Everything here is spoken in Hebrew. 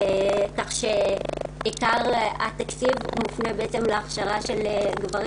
כך שעיקר התקציב מופנה להכשרה של גברים